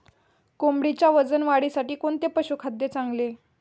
कोंबडीच्या वजन वाढीसाठी कोणते पशुखाद्य चांगले?